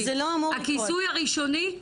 הכיסוי הראשוני,